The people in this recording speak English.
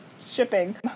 shipping